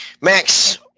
Max